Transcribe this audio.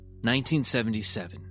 1977